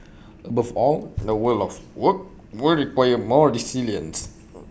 above all the world of work will require more resilience